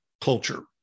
culture